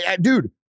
Dude